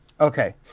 okay